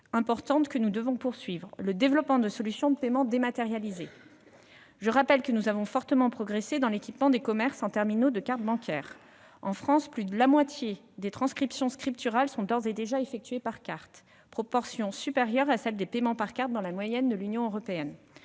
importante que nous devons poursuivre : le développement de solutions de paiement dématérialisées. Je rappelle que nous avons fortement progressé dans l'équipement des commerces en terminaux de carte bancaire. En France, plus de la moitié des transactions scripturales sont d'ores et déjà réalisées par carte, proportion supérieure à celle des paiements par carte dans la moyenne de l'Union européenne.